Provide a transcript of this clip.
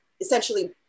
essentially